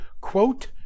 quote